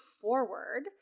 forward